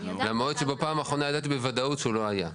למועד שבפעם האחרונה ידעתי בוודאות שהוא לא היה.